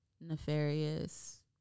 nefarious